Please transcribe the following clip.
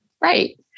Right